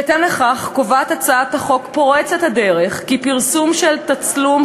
בהתאם לכך קובעת הצעת החוק פורצת הדרך כי פרסום של תצלום,